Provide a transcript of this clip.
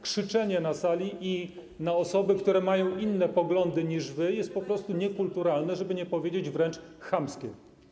Krzyczenie na sali na osoby, które mają inne poglądy niż wy, jest po prostu niekulturalne, żeby nie powiedzieć wręcz chamskie.